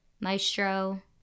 Maestro